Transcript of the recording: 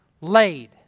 laid